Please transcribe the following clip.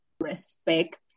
respect